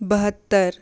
बहत्तर